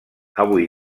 avui